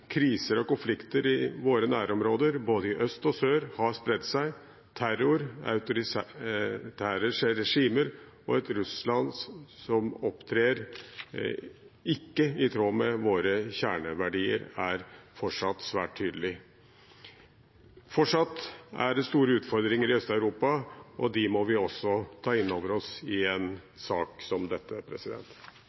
Kriser og konflikter i våre nærområder, både i øst og i sør, har spredt seg. Terror, autoritære regimer og et Russland som ikke opptrer i tråd med våre kjerneverdier, er fortsatt svært tydelig. Fortsatt er det store utfordringer i Øst-Europa, og dem må vi også ta innover oss i en sak som dette.